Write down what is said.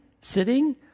sitting